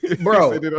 bro